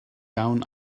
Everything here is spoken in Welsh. iawn